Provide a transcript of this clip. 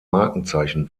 markenzeichen